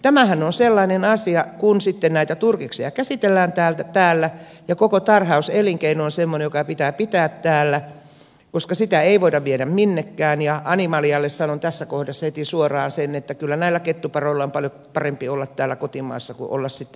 tämähän on sellainen asia kun sitten näitä turkiksia käsitellään täällä ja koko tarhauselinkeino on semmoinen joka pitää pitää täällä koska sitä ei voida viedä minnekään ja animalialle sanon tässä kohdassa heti suoraan sen että kyllä näillä kettuparoilla on paljon parempi olla täällä kotimaassa kuin sitten jossakin intiassa